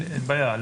אין בעיה.